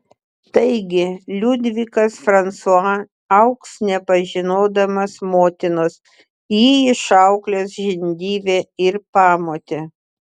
taigi liudvikas fransua augs nepažinodamas motinos jį išauklės žindyvė ir pamotė